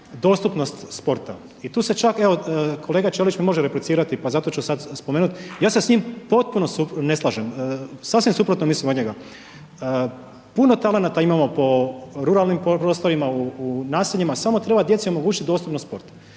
dostupnost sporta i tu se čak, evo kolega Ćorić mi može replicirati pa zato ću sad spomenut, ja se s njim ne slažem, sasvim suprotno mislim od njega, puno talenata imamo po ruralnim prostorima u naseljima, samo treba djeci omogućit dostupnost sporta.